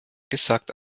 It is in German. gesagt